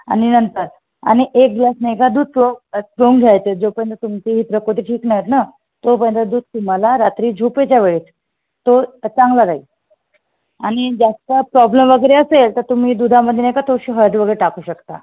आणि नंतर आणि एक ग्लास नाही का दूध पिऊन घ्यायचं जोपर्यंत तुमची ही प्रकृती ठीक नाही होत ना तोपर्यंत दूध तुम्हाला रात्री झोपेच्या वेळेत तो चांगला राहील आणि जास्त प्रॉब्लम वगैरे असेल तर तुम्ही दूधामध्ये नाही का तो शहद वगैरे टाकू शकता